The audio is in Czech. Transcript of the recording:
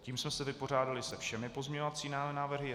Tím jsme se vypořádali se všemi pozměňovacími návrhy.